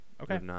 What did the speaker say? okay